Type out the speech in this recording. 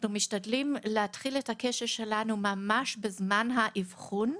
להתחיל את הקשר שלנו ממש בזמן האבחון,